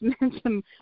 mention